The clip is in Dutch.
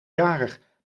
jarig